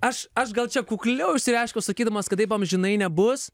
aš aš gal čia kukliau išsireiškiau sakydamas kad taip amžinai nebus